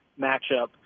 matchup